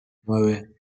nueve